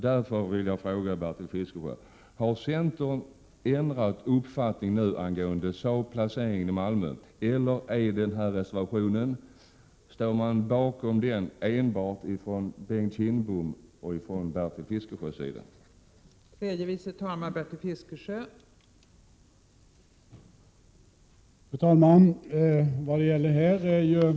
Jag vill fråga Bertil Fiskesjö: Har centern ändrat uppfattning i fråga om Saabs placering i Malmö eller är det bara Bengt Kindbom och Bertil Fiskesjö som står bakom reservation 28?